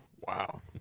Wow